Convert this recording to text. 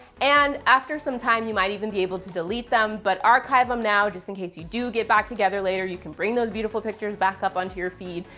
and after some time you might even be able to delete them, but archive them now just in case you do get back together later, you can bring those beautiful pictures back up onto your feed,